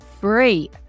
free